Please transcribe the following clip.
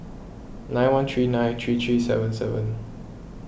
nine one three nine three three seven seven